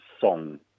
song